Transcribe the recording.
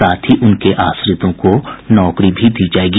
साथ ही उनके आश्रितों को नौकरी भी दी जायेगी